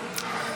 הצבעה.